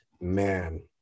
man